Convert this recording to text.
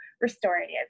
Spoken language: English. restorative